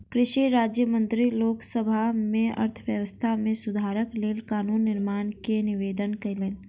कृषि राज्य मंत्री लोक सभा में अर्थव्यवस्था में सुधारक लेल कानून निर्माण के निवेदन कयलैन